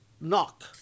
knock